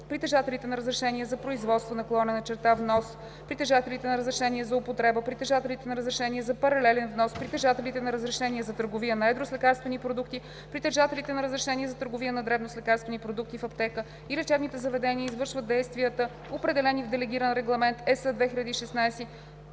Притежателите на разрешение за производство/внос, притежателите на разрешение за употреба, притежателите на разрешение за паралелен внос, притежателите на разрешение за търговия на едро с лекарствени продукти, притежателите на разрешение за търговия на дребно с лекарствени продукти в аптека и лечебните заведения извършват действията, определени в Делегиран регламент (ЕС) 2016/161.